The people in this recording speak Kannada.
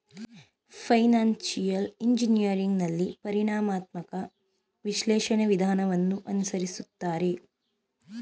ಫೈನಾನ್ಸಿಯಲ್ ಇಂಜಿನಿಯರಿಂಗ್ ನಲ್ಲಿ ಪರಿಣಾಮಾತ್ಮಕ ವಿಶ್ಲೇಷಣೆ ವಿಧಾನವನ್ನು ಅನುಸರಿಸುತ್ತಾರೆ